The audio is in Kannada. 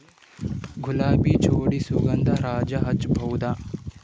ಗುಲಾಬಿ ಜೋಡಿ ಸುಗಂಧರಾಜ ಹಚ್ಬಬಹುದ?